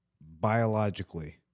biologically